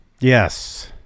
Yes